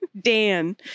Dan